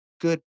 good